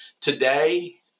today